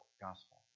gospel